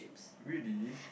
really